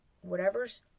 whatever's